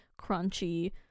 crunchy